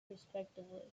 respectively